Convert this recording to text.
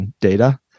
data